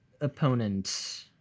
opponent